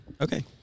Okay